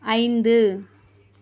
ஐந்து